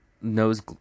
nose